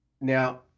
Now